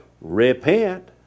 repent